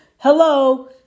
Hello